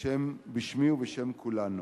בשמי ובשם כולנו,